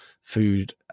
food